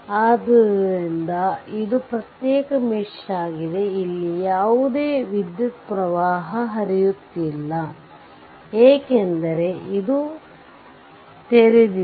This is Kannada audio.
ಆದ್ದರಿಂದ ಇದು ಪ್ರತ್ಯೇಕ ಮೆಶ್ ಆಗಿದೆ ಇಲ್ಲಿ ಯಾವುದೇ ವಿದ್ಯುತ್ ಪ್ರವಾಹ ಹರಿಯುತ್ತಿಲ್ಲ ಏಕೆಂದರೆ ಇದು ತೆರೆದಿದೆ